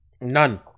None